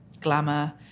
Glamour